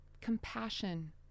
compassion